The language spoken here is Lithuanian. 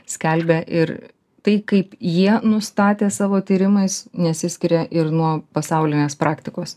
skelbia ir tai kaip jie nustatė savo tyrimais nesiskiria ir nuo pasaulinės praktikos